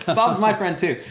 bob's my friend too.